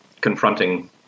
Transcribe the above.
confronting